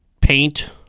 paint